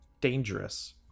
dangerous